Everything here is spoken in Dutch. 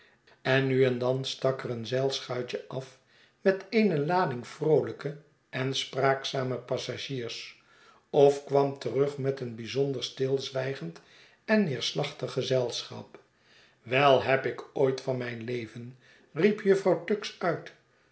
en nu en dan stak er een zeilschuitje af met eene lading vroolijke en spraakzame passagiers of kwam terug met een bijzonder stilzwijgend enneerslachtiggezelschap wei heb ik ooit van mijn leven riep jufvrouw tuggs uit